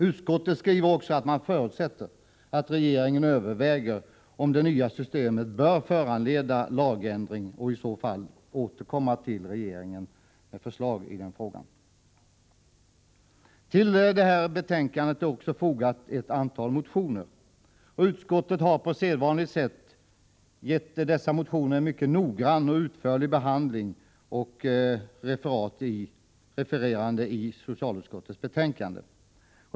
Utskottet skriver vidare att man förutsätter att regeringen överväger om det nya systemet bör föranleda lagändring, och i så fall återkommer till riksdagen med förslag i den frågan. Ett antal motioner har väckts i detta ärende, och utskottet har på sedvanligt sätt gett dessa motioner en mycket noggrann och utförlig behandling, som redovisas i betänkandet.